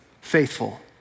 faithful